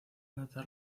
notar